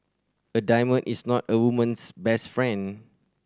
a diamond is not a woman's best friend